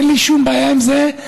אין לי שום בעיה עם זה.